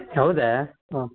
ಹೌದಾ ಹಾಂ